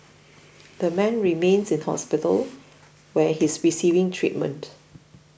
the man remains in hospital where he's receiving treatment